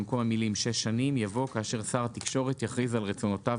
במקום המילים 'שש שנים' יבוא 'כאשר שר התקשורת יכריז על רצונותיו